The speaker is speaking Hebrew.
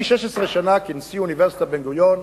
16 שנה, כנשיא אוניברסיטת בן-גוריון,